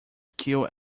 skill